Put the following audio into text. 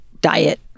diet